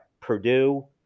Purdue